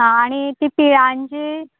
आनी ती पिळांची